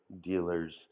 dealers